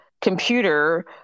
computer